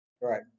Right